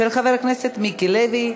של חבר הכנסת מיקי לוי.